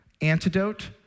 antidote